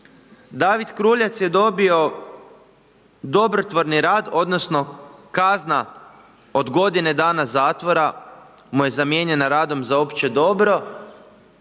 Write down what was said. David Kruljac je dobio dobrotvorni rad odnosno kazna od godine dana zatvora mu je zamijenjena radom za opće dobro,